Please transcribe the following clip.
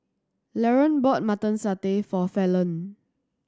Laron bought Mutton Satay for Fallon